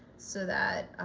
so that